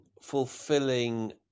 fulfilling